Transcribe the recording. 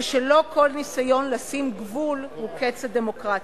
ושלא כל ניסיון לשים גבול הוא קץ הדמוקרטיה.